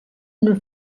una